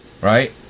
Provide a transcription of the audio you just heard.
right